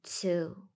two